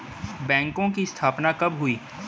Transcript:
बैंकों की स्थापना कब हुई?